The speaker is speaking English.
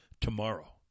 tomorrow